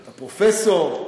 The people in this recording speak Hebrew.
אתה פרופסור,